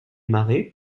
marées